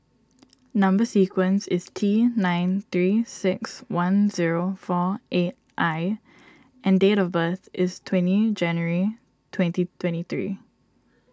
Number Sequence is T nine three six one zero four eight I and date of birth is twenty January twenty twenty three